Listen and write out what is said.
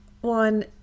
one